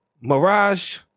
Mirage